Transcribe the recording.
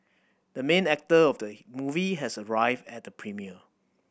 the main actor of the movie has arrived at the premiere